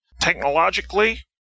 Technologically